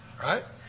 Right